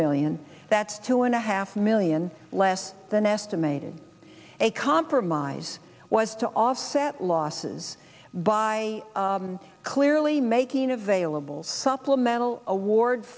million that's two and a half million less than estimated a compromise was to offset losses by clearly making available supplemental award